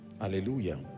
Hallelujah